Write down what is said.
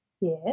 Yes